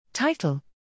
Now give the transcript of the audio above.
Title